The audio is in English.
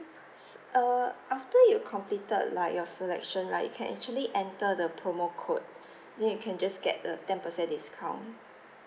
s~ err after you completed like your selection right you can actually enter the promo code then you can just get the ten percent discount